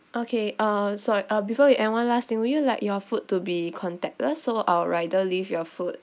okay uh sorry uh before you end one last thing would you like your food to be contactless so our rider leave your food